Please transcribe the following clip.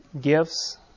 gifts